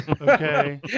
okay